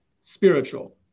spiritual